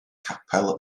capel